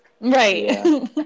Right